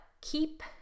keep